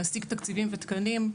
להשיג תקציבים ותקנים,